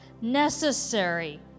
necessary